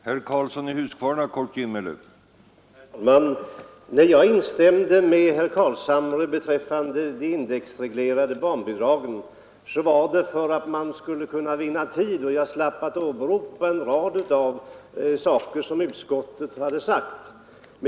Herr talman! När jag instämde med herr Carlshamre beträffande indexreglering av barnbidragen var det för att vi skulle vinna tid genom att jag slapp åberopa en rad av skäl som utskottet har anfört.